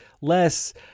less